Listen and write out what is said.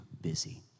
busy